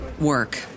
work